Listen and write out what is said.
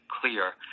clear